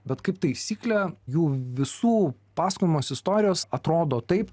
bet kaip taisyklė jų visų pasakojamos istorijos atrodo taip